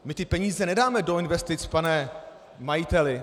My ty peníze nedáme do investic, pane majiteli.